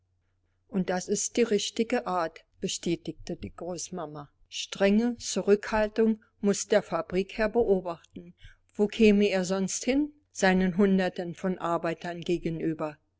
und das ist die richtige art bestätigte die großmama strenge zurückhaltung muß der fabrikherr beobachten wo käme er sonst hin seinen hunderten von arbeitern gegenüber